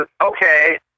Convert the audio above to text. okay